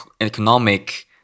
economic